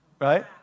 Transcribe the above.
right